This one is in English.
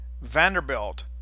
Vanderbilt